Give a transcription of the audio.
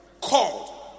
called